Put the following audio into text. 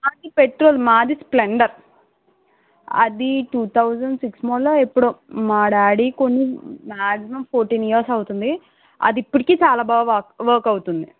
మాది పెట్రోల్ మాది స్ప్లెండర్ అదీ టూ థౌజండ్ సిక్స్ మోడలో ఎప్పుడో మా డాడీ కొని మాక్సిమం ఫోర్టీన్ ఇయర్స్ అవుతుంది అది ఇప్పటికీ చాలా బాగా వర్క్ అవుతుంది